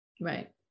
right